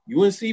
UNC